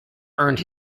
earned